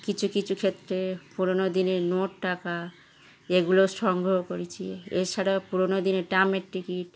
কিছু কিছু ক্ষেত্রে পুরনো দিনের নোট টাকা এগুলো সংগ্রহ করেছি এছাড়াও পুরনো দিনের ট্রামের টিকিট